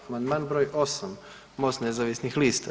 Amandman broj 8. MOST nezavisnih lista.